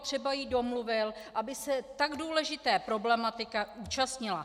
Třeba jí domluvil, aby se tak důležité problematiky účastnila.